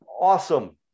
awesome